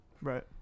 Right